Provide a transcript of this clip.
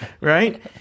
right